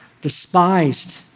despised